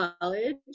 college